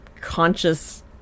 conscious